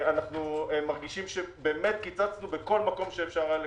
אנחנו מרגישים שבאמת קיצצנו בכל מקום שאפשר היה לקצץ.